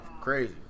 crazy